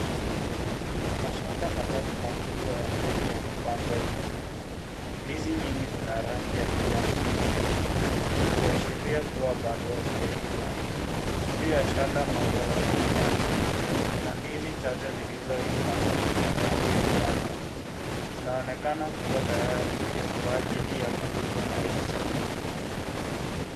Mashada matatu makubwa ya ndizi yamepangwa wima. Ndizi mingi zina rangi ya kijani kibichi, zikiashiria kuwa bado hazijaiva. Juu ya shada moja la kati kati, kuna ndizi chache zilizoiva na zenye rangi ya njano. Zinaonekana kuwa tayari kwa ajili ya kuuzwa au kusafirishwa.